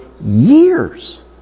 years